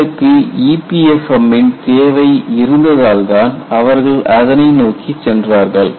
மக்களுக்கு EPFM ன் தேவை இருந்ததால்தான் அவர்கள் அதனை நோக்கி சென்றார்கள்